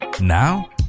Now